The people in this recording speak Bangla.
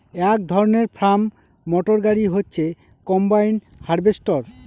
এক ধরনের ফার্ম মটর গাড়ি হচ্ছে কম্বাইন হার্ভেস্টর